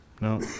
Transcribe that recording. no